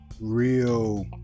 real